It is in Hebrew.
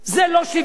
זה לא שוויוני,